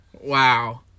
Wow